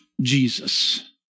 Jesus